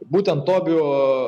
būtent tobių